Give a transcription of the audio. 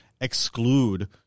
exclude